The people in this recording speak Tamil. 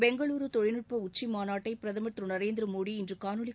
பெங்களூரு தொழில்நுட்ப உச்சிமாநாட்டை பிரதமர் திரு நரேந்திர மோடி இன்று காணோலி